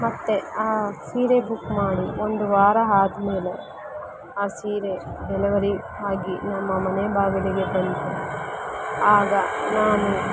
ಮತ್ತು ಆ ಸೀರೆ ಬುಕ್ ಮಾಡಿ ಒಂದು ವಾರ ಆದ್ಮೇಲೆ ಆ ಸೀರೆ ಡೆಲವರಿ ಆಗಿ ನಮ್ಮ ಮನೆ ಬಾಗಿಲಿಗೆ ಬಂತು ಆಗ ನಾನು